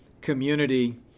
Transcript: community